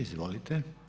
Izvolite.